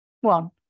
one